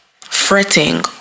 fretting